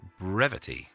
brevity